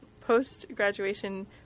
post-graduation